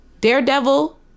Daredevil